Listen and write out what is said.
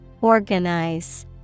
Organize